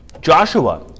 Joshua